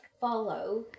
follow